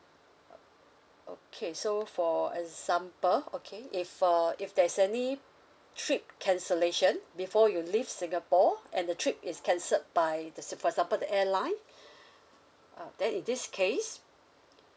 okay so for example okay if uh if there's any trip cancellation before you leave singapore and the trip is cancelled by the s~ for example the airline uh then in this case